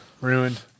Ruined